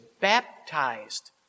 baptized